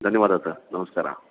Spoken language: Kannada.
ಧನ್ಯವಾದ ಸರ್ ನಮಸ್ಕಾರ